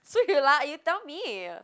so you li~ you tell me